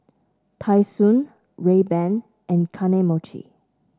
Tai Sun Rayban and Kane Mochi